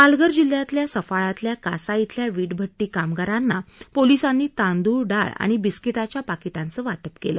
पालघर जिल्ह्यातल्या सफाळ्यातल्या कासा खिल्या वीट भट्टी कामगारांना पोलिसांनी तांदूळ डाळ आणि बिस्किटाच्या पाकिटांचं वाटप केलं